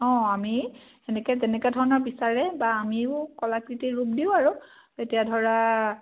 অঁ আমি তেনেকৈ যেনেকুৱা ধৰণৰ বিচাৰে বা আমিও কলাকৃতিৰ ৰূপ দিওঁ আৰু তেতিয়া ধৰা